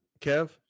Kev